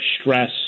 stress